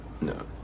No